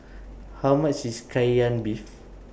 How much IS Kai Lan Beef